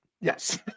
Yes